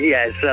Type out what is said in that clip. Yes